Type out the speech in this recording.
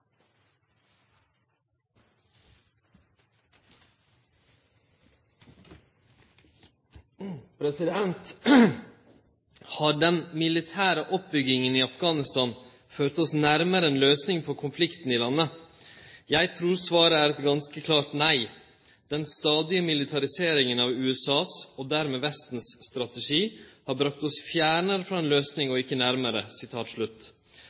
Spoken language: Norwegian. den militære oppbyggingen i Afghanistan ført oss nærmere en løsning på konflikten i landet? Jeg tror svaret er et ganske klart nei. Den stadige militariseringen av USAs – og dermed Vestens strategi – har brakt oss fjernere fra en løsning